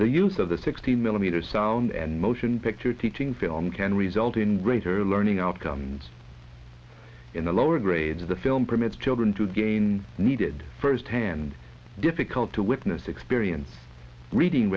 the use of the sixty millimeter sound and motion picture teaching film can result in greater learning outcomes in the lower grades the film permits children to gain needed first hand difficult to witness experience reading